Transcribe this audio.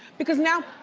because now,